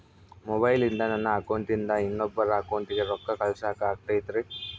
ಮೊಬೈಲಿಂದ ನನ್ನ ಅಕೌಂಟಿಂದ ಇನ್ನೊಬ್ಬರ ಅಕೌಂಟಿಗೆ ರೊಕ್ಕ ಕಳಸಾಕ ಆಗ್ತೈತ್ರಿ?